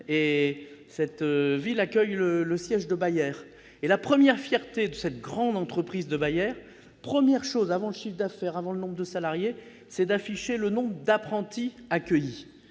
Dormagen, qui accueille le siège de Bayer. Or la première fierté de cette grande entreprise, avant le chiffre d'affaires ou le nombre de salariés, c'est d'afficher le nombre d'apprentis accueillis.